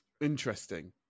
Interesting